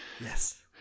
Yes